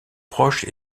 proche